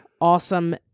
awesome